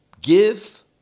give